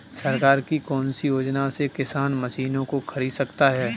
सरकार की कौन सी योजना से किसान मशीनों को खरीद सकता है?